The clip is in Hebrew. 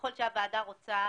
ככל שהוועדה רוצה